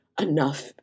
enough